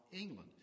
England